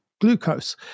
glucose